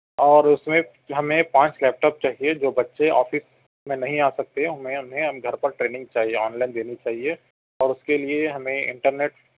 اور اس میں ہمیں پانچ لیپ ٹاپ چاہئے جو بچے آفس میں نہیں آ سکتے میں انہیں ہم گھر پر ٹریننگ چاہئے آن لائن دینی چاہئے اور اس کے لئے ہمیں انٹرنیٹ